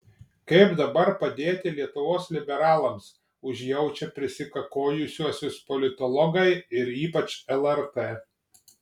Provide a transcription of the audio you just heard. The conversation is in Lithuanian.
kaip dabar padėti lietuvos liberalams užjaučia prisikakojusiuosius politologai ir ypač lrt